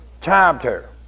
chapter